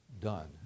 done